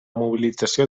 mobilització